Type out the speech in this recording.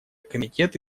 комитет